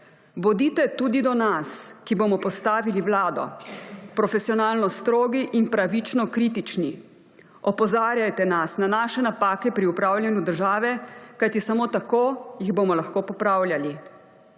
Bodite tudi do nas, ki bomo postavili vlado, profesionalno strogi in pravično kritični. Opozarjajte nas na naše napake pri upravljanju države, kajti samo tako jih bomo lahko popravljali.«